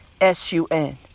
S-U-N